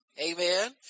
Amen